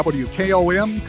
wkom